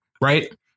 Right